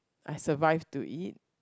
I survive to eat